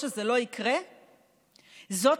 זאת